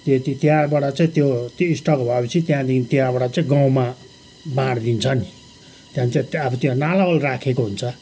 तेत्ति त्यहाँबाट चाहिँ त्यो स्टक भएपछि त्यहाँदेखि त्यहाँबाट चाहिँ गाउँमा बाँडिदिन्छ नि त्यहाँदेखि चाहिँ अब त्यहाँ नालावाल राखेको हुन्छ